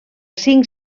cinc